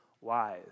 wise